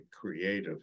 creative